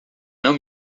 não